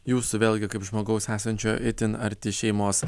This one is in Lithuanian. jūsų vėlgi kaip žmogaus esančio itin arti šeimos